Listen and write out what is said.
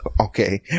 Okay